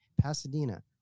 Pasadena